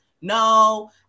no